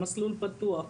במסלול פתוח,